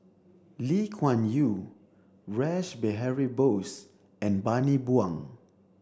Lee Kuan Yew Rash Behari Bose and Bani Buang